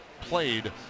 played